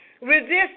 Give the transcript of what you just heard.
Resist